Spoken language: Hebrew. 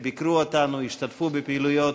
שביקרו אותנו והשתתפו בפעילויות,